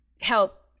help